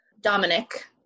Dominic